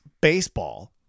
baseball